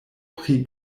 pri